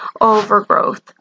overgrowth